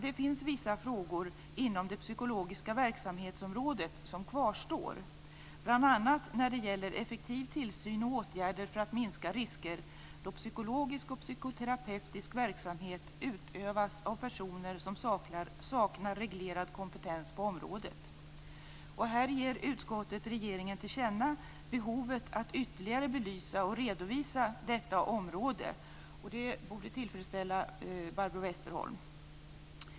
Det finns vissa frågor inom det psykologiska verksamhetsområdet som kvarstår, bl.a. när det gäller effektiv tillsyn och åtgärder för att minska risker då psykologisk och psykoterapeutisk verksamhet utövas av personer som saknar reglerad kompetens på området. Utskottet ger regeringen till känna behovet av att ytterligare belysa och redovisa detta område, och det borde väl tillfredsställa Barbro Westerholm.